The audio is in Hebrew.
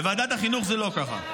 בוועדת החינוך זה לא ככה.